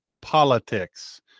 politics